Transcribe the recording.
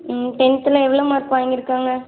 ம் டென்த்தில் எவ்வளோ மார்க் வாங்கிருக்காங்க